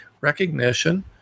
recognition